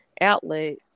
outlet